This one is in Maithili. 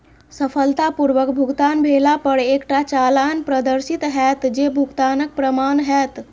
सफलतापूर्वक भुगतान भेला पर एकटा चालान प्रदर्शित हैत, जे भुगतानक प्रमाण हैत